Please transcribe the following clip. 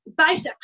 bisexual